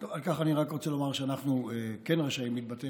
על כך אני רק רוצה לומר שאנחנו כן רשאים להתבטא